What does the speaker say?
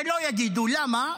את זה לא יגידו, למה?